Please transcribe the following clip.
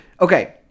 Okay